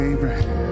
Abraham